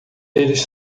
eles